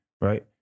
right